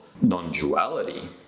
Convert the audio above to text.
non-duality